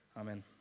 Amen